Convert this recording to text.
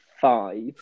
five